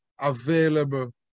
available